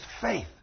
faith